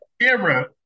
camera